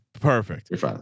Perfect